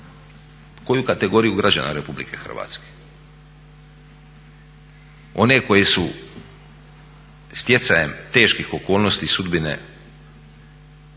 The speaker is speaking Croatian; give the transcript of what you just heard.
koju kategoriju građana Republike Hrvatske? One koji su stjecajem teških okolnosti i sudbine